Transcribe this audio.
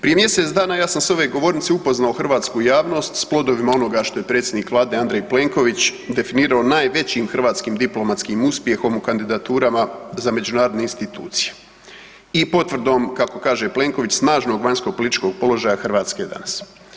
Prije mjesec dana ja sam s ove govornice upoznao hrvatsku javnost s plodovima onoga što je predsjednik vlade Andrej Plenković definirao najvećim hrvatskim diplomatskim uspjehom u kandidaturama za međunarodne institucije i potvrdom kako kaže Plenković snažnog vanjsko političkog položaja Hrvatske danas.